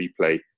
replay